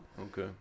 okay